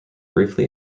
briefly